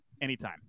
anytime